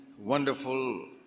wonderful